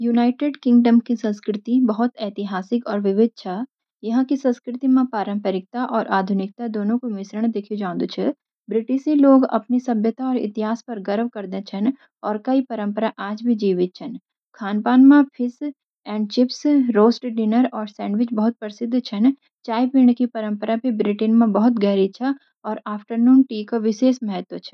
United Kingdom की संस्कृति बहुत ऐतिहासिक और विविध छ। यहाँ की संस्कृति मा पारंपरिकता और आधुनिकता दोनों का मिश्रण देखा जा सक। ब्रिटिश लोग अपनी सभ्यता और इतिहास पर गर्व करते हैं, और कई परम्पराएँ आज भी जीवित छन। खानपान मा fish and chips, roast dinner और सैंडविच बहुत प्रसिद्ध छन। चाय पीने की परंपरा भी ब्रिटेन मा बहुत गहरी छ, और "अफ्टरनून टी" का विशेष महत्व छ।